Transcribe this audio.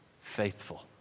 Faithful